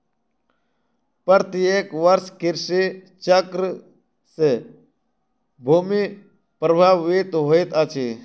प्रत्येक वर्ष कृषि चक्र से भूमि प्रभावित होइत अछि